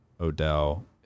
odell